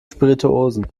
spirituosen